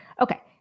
okay